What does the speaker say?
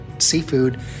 seafood